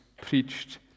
preached